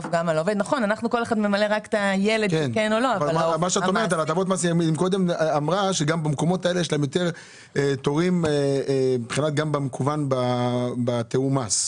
היא קודם אמרה שבמקומות האלה יש להם יותר תורים בתיאום המס.